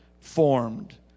formed